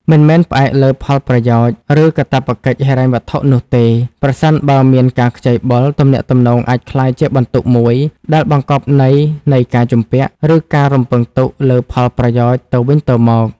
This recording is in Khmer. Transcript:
មិនមែនផ្អែកលើផលប្រយោជន៍ ឬកាតព្វកិច្ចហិរញ្ញវត្ថុនោះទេ ប្រសិនបើមានការខ្ចីបុល ទំនាក់ទំនងអាចក្លាយជាបន្ទុកមួយ ដែលបង្កប់ន័យនៃការជំពាក់ ឬការរំពឹងទុកលើផលប្រយោជន៍ទៅវិញទៅមក។